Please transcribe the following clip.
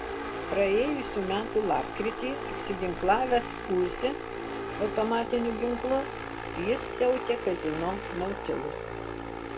praėjusių metų lapkritį apsiginklavęs uzi automatiniu ginklu jis siautė kazino nautilus